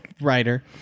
writer